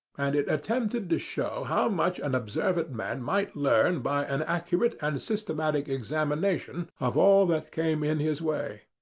and it attempted to show how much an observant man might learn by an accurate and systematic examination of all that came in his way.